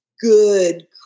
good